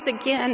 again